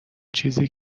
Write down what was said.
چیزی